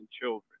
children